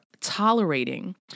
tolerating